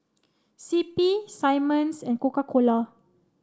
C P Simmons and Coca cola